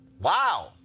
Wow